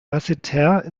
basseterre